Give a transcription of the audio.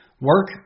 Work